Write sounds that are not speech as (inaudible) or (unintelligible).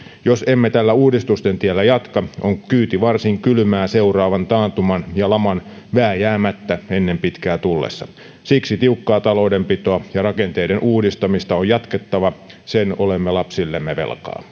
jos emme tällä uudistusten tiellä jatka on kyyti varsin kylmää seuraavan taantuman ja laman vääjäämättä ennen pitää tullessa siksi tiukkaa taloudenpitoa ja rakenteiden uudistamista on jatkettava sen olemme lapsillemme velkaa (unintelligible)